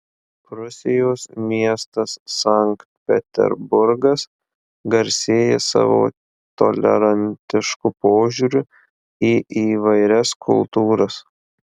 rusijos miestas sankt peterburgas garsėja savo tolerantišku požiūriu į įvairias kultūras